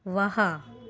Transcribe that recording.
वाह